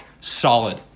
solid